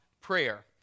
prayer